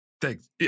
Thanks